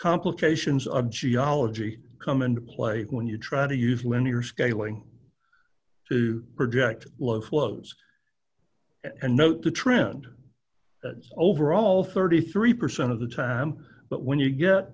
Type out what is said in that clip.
complications of geology come into play when you try to use linear scaling to project low flows and note the trend overall thirty three percent of the time but when you get